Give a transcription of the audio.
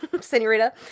senorita